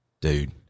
dude